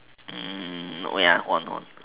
oh ya on on